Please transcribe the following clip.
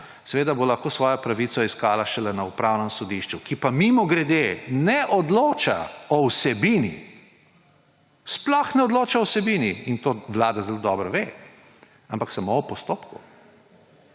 seveda bo lahko svojo pravico iskala šele na Upravnem sodišču, ki pa, mimogrede, ne odloča o vsebini, sploh ne odloča o vsebini in to vlada zelo dobro ve, ampak samo o postopku,